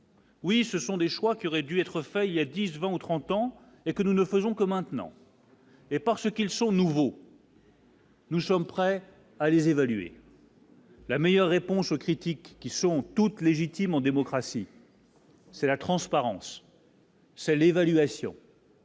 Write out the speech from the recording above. Oui, ce sont des choix qui aurait dû être fait il y a 10, 20 ou 30 ans et que nous ne faisons quand maintenant. Et parce qu'ils sont nouveaux. Nous sommes prêts à les évaluer. La meilleure réponse aux critiques qui sont toutes légitimes en démocratie, c'est la transparence. C'est l'évaluation.